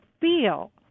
feel